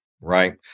right